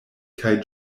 kaj